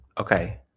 Okay